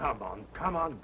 come on come on